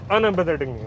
Unempathetic